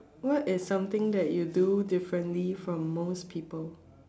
what is something that you do differently from most people